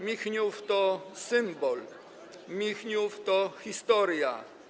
Michniów to symbol, Michniów to historia.